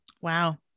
Wow